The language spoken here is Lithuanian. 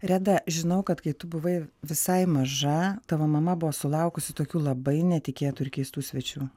reda žinau kad kai tu buvai visai maža tavo mama buvo sulaukusi tokių labai netikėtų ir keistų svečių